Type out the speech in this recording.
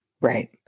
Right